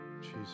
Jesus